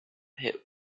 hit